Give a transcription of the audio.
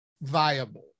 viable